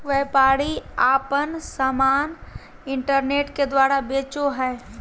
व्यापारी आपन समान इन्टरनेट के द्वारा बेचो हइ